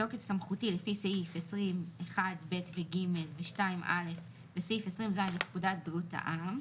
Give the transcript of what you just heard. בתוקף סמכותי לפי סעיף 20 1 ב' וג' וסעיף 20 ז' לפקודת בריאות העם,